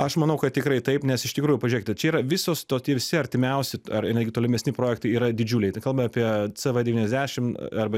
aš manau kad tikrai taip nes iš tikrųjų pažiūrėkite čia yra visos to ti visi artimiausi ar netgi tolimesni projektai yra didžiuliai tai kalbam apie cv devyniasdešimt arba